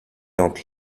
entre